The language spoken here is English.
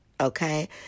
okay